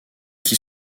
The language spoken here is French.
qui